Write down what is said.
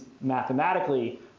mathematically